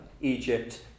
Egypt